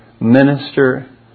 minister